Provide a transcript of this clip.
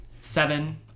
Seven